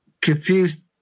confused